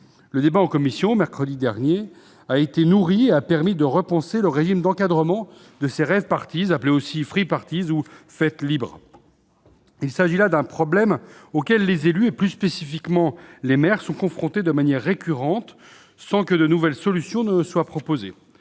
Le débat en commission, mercredi dernier, a été nourri ; il a permis de repenser le régime d'encadrement de ces rave-parties, appelées aussi free-parties, ou fêtes libres. Il s'agit d'un problème auquel les élus et, plus spécifiquement, les maires sont confrontés de manière récurrente, sans que de nouvelles solutions soient proposées.